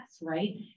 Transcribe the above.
right